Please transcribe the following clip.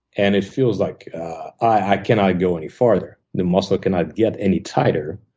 and it feels like i cannot go any farther. the muscle cannot get any tighter.